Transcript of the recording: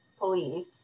Police